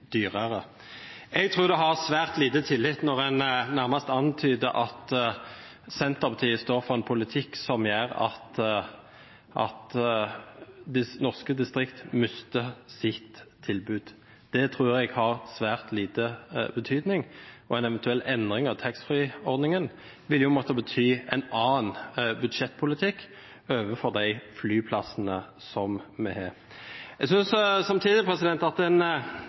dyrere. Jeg tror det har svært liten tillit når en nærmest antyder at Senterpartiet står for en politikk som gjør at norske distrikt mister sitt tilbud. Det tror jeg har svært liten betydning. En eventuell endring av taxfree-ordningen vil måtte bety en annen budsjettpolitikk overfor flyplassene vi har. Jeg synes samtidig at en